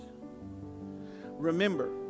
Remember